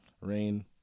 Rain